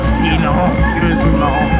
silencieusement